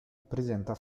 presenta